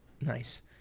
Nice